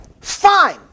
fine